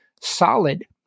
solid